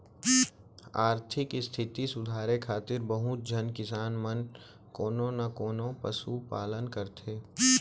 आरथिक इस्थिति सुधारे खातिर बहुत झन किसान मन कोनो न कोनों पसु पालन करथे